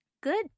good